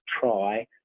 try